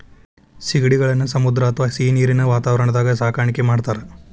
ಸೇಗಡಿಗಳನ್ನ ಸಮುದ್ರ ಅತ್ವಾ ಸಿಹಿನೇರಿನ ವಾತಾವರಣದಾಗ ಸಾಕಾಣಿಕೆ ಮಾಡ್ತಾರ